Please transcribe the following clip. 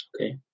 Okay